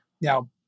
Now